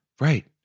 right